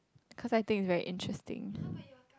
cause I think it's very interesting